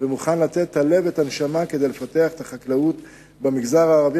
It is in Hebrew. ומוכן לתת את הלב והנשמה כדי לפתח את החקלאות במגזר הערבי,